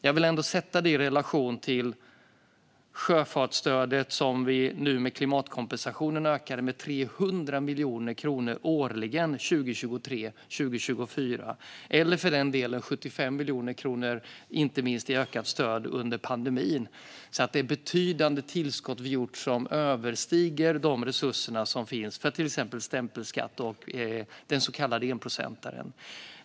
Jag vill ändå sätta det i relation till sjöfartsstödet, som vi nu med klimatkompensationen ökar med 300 miljoner kronor årligen 2023 och 2024 - eller för den delen 75 miljoner kronor i ökat stöd under pandemin. Vi har alltså gjort betydande tillskott som överstiger de resurser som finns för till exempel stämpelskatt och den så kallade enprocentaren.